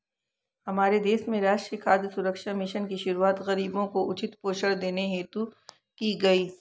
हमारे देश में राष्ट्रीय खाद्य सुरक्षा मिशन की शुरुआत गरीबों को उचित पोषण देने हेतु की गई